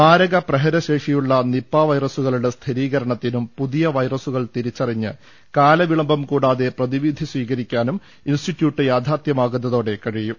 മാരക പ്രഹരശേഷി യുള്ള നിപ വൈറസുകളുടെ സ്ഥിരീകരണത്തിനും പുതിയ വൈറസുകൾ തിരിച്ചറിഞ്ഞ് കാലവിളംബം കൂടാതെ പ്രതിവിധി സ്വീകരിക്കാനും ഇൻസ്റ്റി റ്റ്യൂട്ട് യാഥാർത്ഥ്യമാകുന്നതോടെ കഴിയും